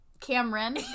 Cameron